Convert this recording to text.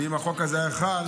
ואם החוק הזה היה חל,